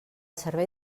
servei